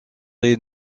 est